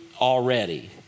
already